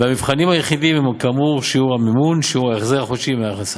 והמבחנים היחידים הם כאמור שיעור המימון ושיעור ההחזר החודשי מההכנסה.